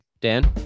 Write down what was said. dan